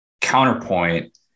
Counterpoint